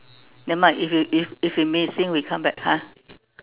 nevermind if you if if we missing we come back ha